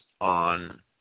on